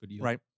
Right